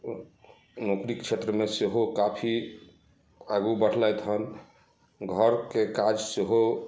नौकरीक क्षेत्रमे सेहो काफी आगू बढ़लथि हन घरके काज सेहो